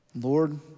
Lord